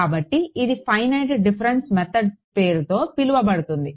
కాబట్టి ఇది finite difference methods పేరుతో పిలువబడుతుంది